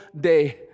day